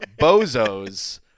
bozos